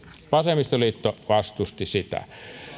vasemmistoliitto vastusti sitä